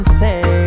say